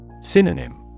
Synonym